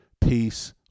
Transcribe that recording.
peace